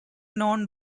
known